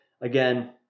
again